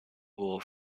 pool